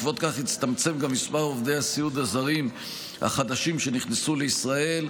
בעקבות זאת הצטמצם גם מספר עובדי הסיעוד הזרים החדשים שנכנסו לישראל.